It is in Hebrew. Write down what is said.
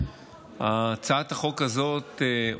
הצעת החוק הזאת,